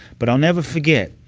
but i'll never forget.